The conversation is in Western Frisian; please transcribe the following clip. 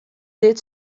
dit